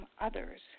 others